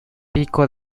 pico